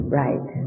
right